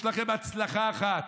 יש לכם הצלחה אחת: